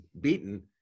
beaten